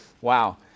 Wow